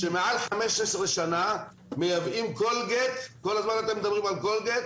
מעל 15 שנים מייבאים קולגייט כל הזמן אתם מדברים על קולגייט